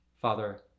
Father